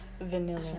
vanilla